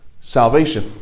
salvation